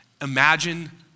Imagine